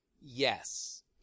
yes